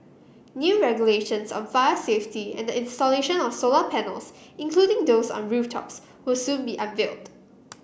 new regulations on fire safety and the installation of solar panels including those on rooftops will soon be unveiled